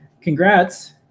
Congrats